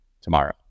tomorrow